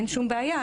אין שום בעיה,